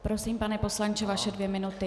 Prosím, pane poslanče, vaše dvě minuty.